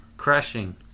crashing